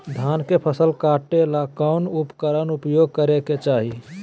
धान के फसल काटे ला कौन उपकरण उपयोग करे के चाही?